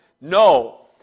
No